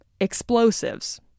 explosives